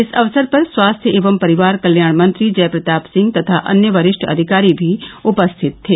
इस अवसर पर स्वास्थ्य एवं परिवार कल्याण मंत्री जय प्रताप सिंह तथा अन्य वरिष्ठ अधिकारी भी उपस्थित थे